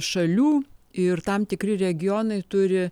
šalių ir tam tikri regionai turi